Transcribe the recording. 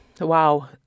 Wow